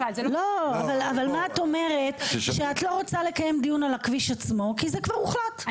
אבל מה את אומרת שאת לא רוצה לקיים דיון על הכביש עצמו כי זה כבר הוחלט,